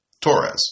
Torres